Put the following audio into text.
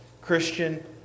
Christian